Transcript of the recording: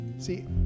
See